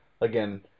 again